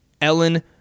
Ellen